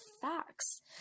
facts